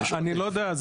אני לא יודע,